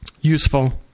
Useful